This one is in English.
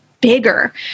bigger